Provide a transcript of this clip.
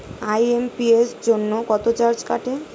IMPS জন্য কত charge কাটে?